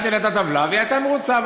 הטבלה והיא הייתה מרוצה.